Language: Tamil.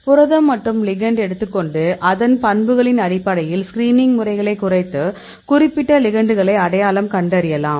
புரதம் மட்டும் லிகெண்டு எடுத்துக் கொண்டு அதன் பண்புகளின் அடிப்படையில் ஸ்கிரீனிங் முறைகளை குறைத்து குறிப்பிட்ட லிகெண்டுகளை அடையாளம் கண்டறியலாம்